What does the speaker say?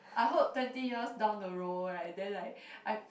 I hope twenty years down the road right then like